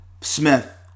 Smith